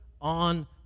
on